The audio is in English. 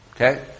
okay